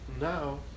now